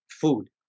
food